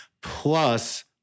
plus